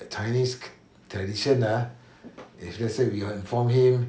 the chinese tradition uh if let's say we were to inform him